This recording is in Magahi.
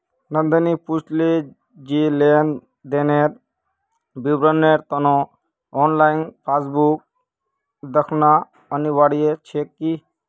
नंदनी पूछले जे लेन देनेर विवरनेर त न ऑनलाइन पासबुक दखना अनिवार्य छेक की